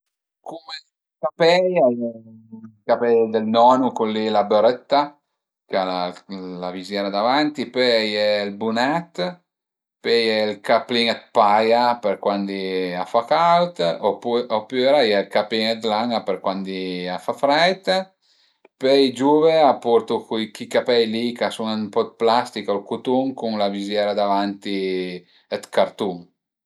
Cume capei a ie i capei dël nonu, cul li la barëtta, ch'al a la viziera davanti, pöi a ie ël bunèt, pöi a ie ël caplin dë paia për cuandi a fa caud opüra a ie ël caplin dë lana për cuandi a fa freit, pöi i giuvu a portu chi capei li ch'a sun ën po dë plastica o dë cutun cun la viziera davanti dë cartun